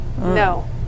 No